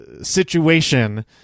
situation